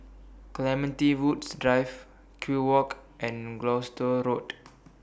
Clementi Woods Drive Kew Walk and Gloucester Road